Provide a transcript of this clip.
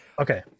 Okay